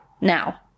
Now